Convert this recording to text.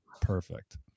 Perfect